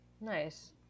Nice